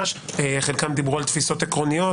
חלקם דיברו על תפיסות עקרוניות,